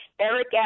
Eric